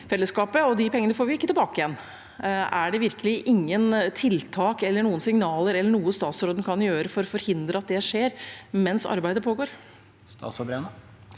fellesskapet? De pengene får vi ikke tilbake igjen. Er det virkelig ingen tiltak, noen signaler eller noe statsråden kan gjøre for å forhindre at det skjer, mens arbeidet pågår? Statsråd Tonje